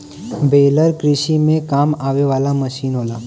baler कृषि में काम आवे वाला मसीन होला